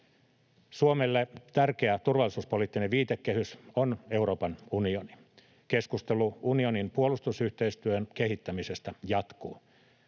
Suomelle tärkeä turvallisuuspoliittinen viitekehys on Euroopan unioni. Keskustelu unionin puolustusyhteistyön kehittämisestä jatkuu.